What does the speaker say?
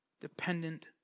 dependent